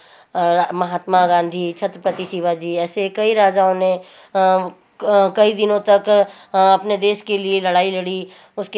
महात्मा गाँधी छत्रपति शिवाजी ऐसे कई राजाओं ने कई दिनों तक अपने देश के लिए लड़ाई लड़ी उसके बाद में